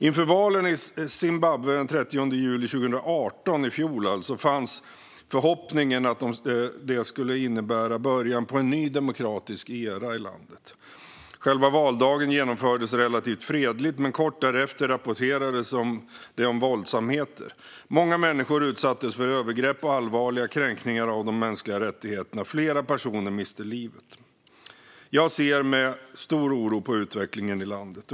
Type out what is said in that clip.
Inför valen i Zimbabwe den 30 juli 2018 fanns förhoppningen att de skulle innebära början på en ny demokratisk era i landet. Själva valdagen genomfördes relativt fredligt, men kort därefter rapporterades det om våldsamheter. Många människor utsattes för övergrepp och allvarliga kränkningar av de mänskliga rättigheterna. Flera personer miste livet. Jag ser med stor oro på utvecklingen i landet.